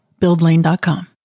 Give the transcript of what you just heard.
buildlane.com